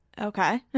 Okay